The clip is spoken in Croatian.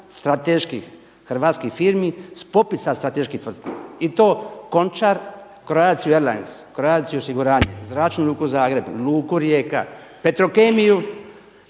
strateških hrvatskih firmi sa popisa strateških tvrtki i to Končar, Croatia Airlines, Croatiu osiguranje, Zračnu luku Zagreb, Luku Rijeka, Petrokemiju